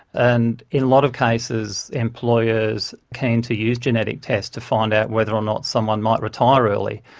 and in a lot of cases employers keen to use genetic tests to find out whether or not someone might retire early,